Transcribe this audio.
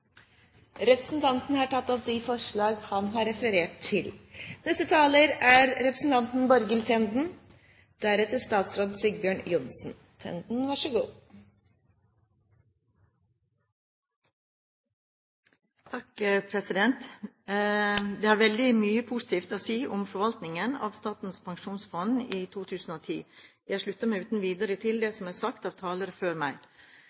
Representanten Hans Olav Syversen har tatt opp de forslagene han refererte til. Det er veldig mye positivt å si om forvaltningen av Statens pensjonsfond i 2010. Jeg slutter meg uten videre til det som er sagt av talere før meg.